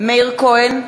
מאיר כהן,